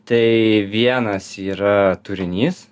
tai vienas yra turinys